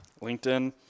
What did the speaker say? LinkedIn